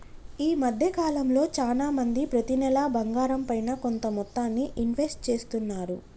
ఈ మద్దె కాలంలో చానా మంది ప్రతి నెలా బంగారంపైన కొంత మొత్తాన్ని ఇన్వెస్ట్ చేస్తున్నారు